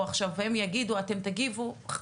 בפעם